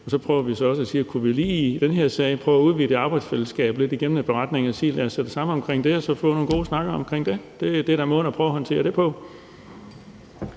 Og så prøver vi så også at sige: Kunne vi lige i den her sag prøve at udvide det arbejdsfællesskab lidt igennem en beretning og sætte os sammen og så få nogle gode snakke omkring det? Det er da måden at håndtere det på.